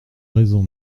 raison